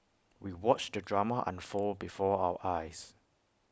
we watched the drama unfold before our eyes